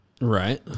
Right